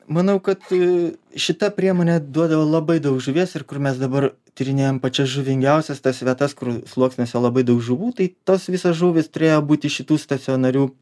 manau kad šita priemonė duodavo labai daug žuvies ir kur mes dabar tyrinėjam pačias žuvingiausias tas vietas kur sluoksniuose labai daug žuvų tai tos visos žuvys turėjo būt iš šitų stacionarių